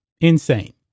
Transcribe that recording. Insane